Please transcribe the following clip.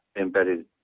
embedded